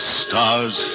stars